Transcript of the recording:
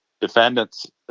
defendants